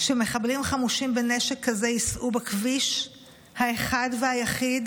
שמחבלים חמושים בנשק כזה ייסעו בכביש האחד והיחיד